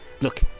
Look